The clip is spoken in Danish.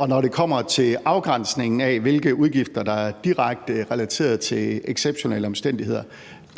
Og når det kommer til afgrænsningen af, hvilke udgifter der er direkte relateret til exceptionelle omstændigheder: